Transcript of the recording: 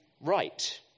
right